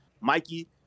Mikey